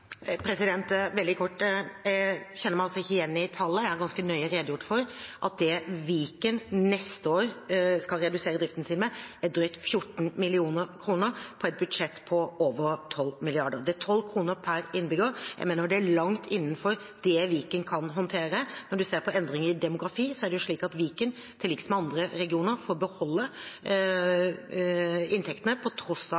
ganske nøye redegjort for at det Viken neste år skal redusere driften sin med, er drøyt 14 mill. kr, på et budsjett på over 12 mrd. kr. Det er 12 kr per innbygger. Jeg mener det er langt innenfor det Viken kan håndtere. Når man ser på endringer i demografi, får Viken – i likhet med andre regioner – beholde inntektene på tross av